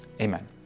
Amen